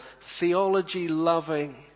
theology-loving